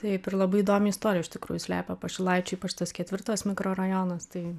taip ir labai įdomią istoriją iš tikrųjų slepia pašilaičiai ypač tas ketvirtas mikrorajonas tai